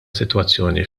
sitwazzjoni